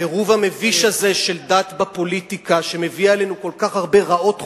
העירוב המביש הזה של דת בפוליטיקה שמביא עלינו כל כך הרבה רעות חולות.